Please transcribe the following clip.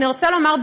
אני רוצה לומר,